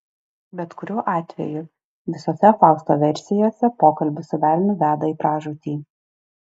bet kuriuo atveju visose fausto versijose pokalbis su velniu veda į pražūtį